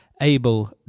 Abel